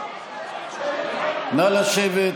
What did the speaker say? נא לשבת.